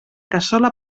cassola